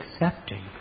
accepting